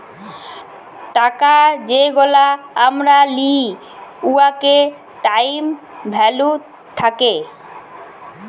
টাকা যেগলা আমরা লিই উয়াতে টাইম ভ্যালু থ্যাকে